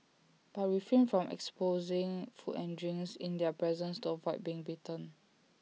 but refrain from exposing food and drinks in their presence to avoid being bitten